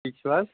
ٹھیٖک چھِو حظ